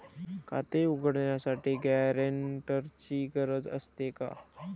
खाते उघडण्यासाठी गॅरेंटरची गरज असते का?